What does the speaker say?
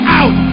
out